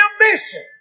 ambition